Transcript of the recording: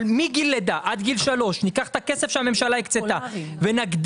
אבל מגיל לידה עד גיל שלוש ניקח את הכסף שהממשלה הקצתה ונגדיר